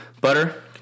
Butter